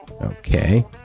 Okay